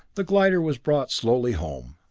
the glider was brought slowly home.